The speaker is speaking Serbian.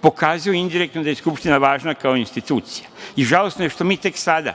pokazuju indirektno da je Skupština važna kao institucija. Žalosno je što smo mi tek sada,